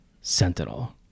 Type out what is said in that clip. Sentinel